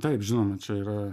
taip žinoma čia yra